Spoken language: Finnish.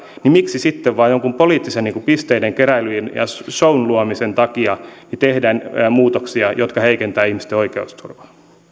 niin miksi sitten vain jonkun poliittisten pisteiden keräilyn ja shown luomisen takia tehdään muutoksia jotka heikentävät ihmisten oikeusturvaa